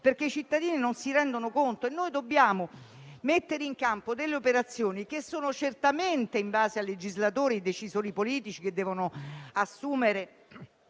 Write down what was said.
perché cittadini non si rendono conto. Noi dobbiamo mettere in campo operazioni che dipendono certamente dai legislatori e dai decisori politici, che devono assumere